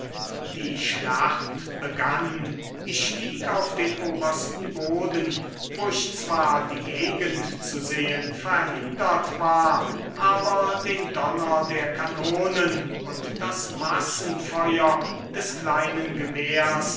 die schlacht begann ich stieg auf den obersten boden wo ich zwar die gegend zu sehen verhindert war aber den donner der kanonen und das massenfeuer des kleinen gewehrs